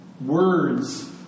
words